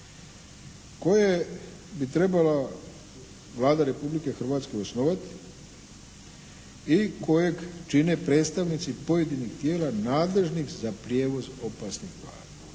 koje bi trebala Vlada Republike Hrvatske osnovati i kojeg čine predstavnici pojedinih tijela nadležnih za prijevoz opasnih tvari.